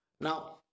Now